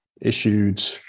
issued